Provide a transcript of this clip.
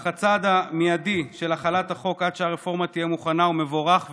אך הצעד המיידי של החלת החוק עד שהרפורמה תהיה מוכנה הוא מבורך ונכון.